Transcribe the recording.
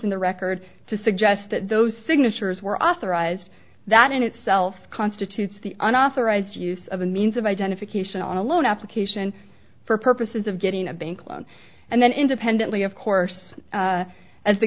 in the record to suggest that those signatures were authorized that in itself constitutes the unauthorized use of a means of identification on a loan application for purposes of getting a bank loan and then independently of course as the